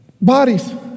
Bodies